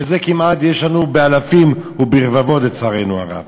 שזה כמעט יש לנו באלפים וברבבות לצערנו הרב.